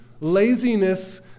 laziness